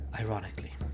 Ironically